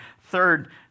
Third